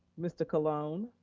mr. colon.